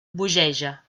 bogeja